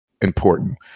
important